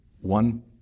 one